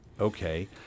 okay